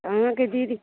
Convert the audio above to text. अहाँके दीदी